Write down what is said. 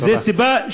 זו הסיבה,